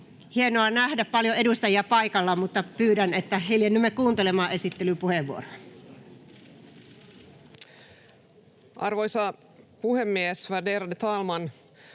Hienoa nähdä paljon edustajia paikalla, mutta pyydän, että hiljennymme kuuntelemaan esittelypuheenvuoroa. Arvoisa puhemies, värderade talman!